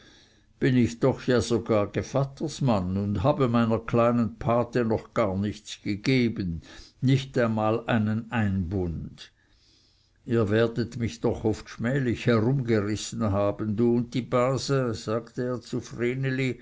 bin ich doch sogar gevattersmann und habe meiner kleinen gotte noch gar nichts gegeben nicht einmal einen einbund ihr werdet mich doch oft schmählich herumgerissen haben du und die base sagte er